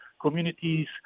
communities